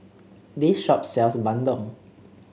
this shop sells bandung